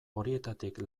horietatik